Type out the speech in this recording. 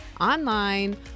online